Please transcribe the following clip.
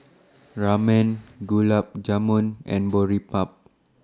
Ramen Gulab Jamun and Boribap